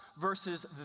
versus